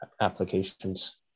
applications